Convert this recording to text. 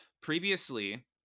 Previously